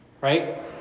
Right